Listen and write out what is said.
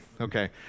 okay